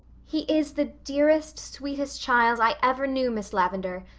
he is the dearest, sweetest child i ever knew, miss lavendar.